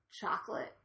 chocolate